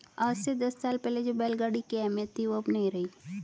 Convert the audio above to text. आज से दस साल पहले जो बैल गाड़ी की अहमियत थी वो अब नही रही